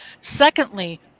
secondly